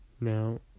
Now